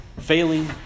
Failing